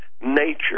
nature